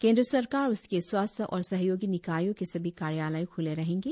केंद्र सरकार उसके स्वायत्त और सहयोगी निकायों के सभी कार्यालय ख्ले रहेंगे